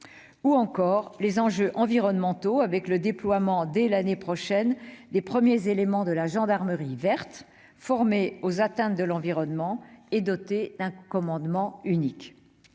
d'urgence, le « 17 cyber ». Ensuite, le déploiement dès l'année prochaine des premiers éléments de la gendarmerie verte, formée aux atteintes à l'environnement et dotée d'un commandement unique,